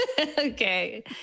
okay